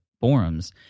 forums